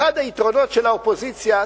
אחד היתרונות של האופוזיציה,